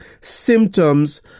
symptoms